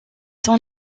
son